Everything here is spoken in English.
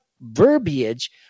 verbiage